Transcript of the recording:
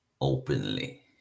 openly